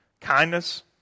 Kindness